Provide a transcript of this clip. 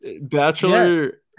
Bachelor